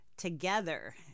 together